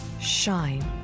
shine